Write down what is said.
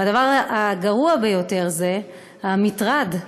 והדבר הגרוע ביותר הוא המטרד.